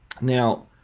Now